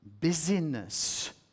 busyness